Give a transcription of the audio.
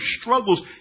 struggles